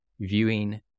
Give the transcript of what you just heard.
viewing